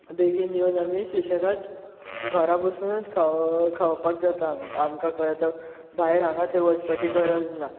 बेगीन येवन आमी सुशेगाद घरा बसुनूच खावपाक जाता आमकां खंय थंय भायर हांगा थंय वचपाची गरज ना